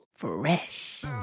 Fresh